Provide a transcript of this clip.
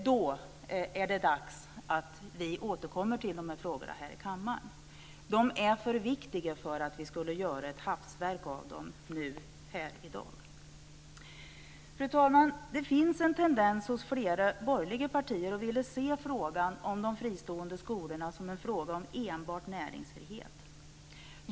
Då är det dags att vi återkommer till dessa frågor här i kammaren. De är för viktiga för att vi ska göra ett hafsverk av dem här i dag. Fru talman! Det finns en tendens hos flera borgerliga partier att vilja se frågan om de fristående skolorna som en fråga om enbart näringsfrihet.